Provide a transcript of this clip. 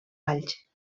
alls